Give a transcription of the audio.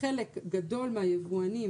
לחלק גדול מהיבואנים,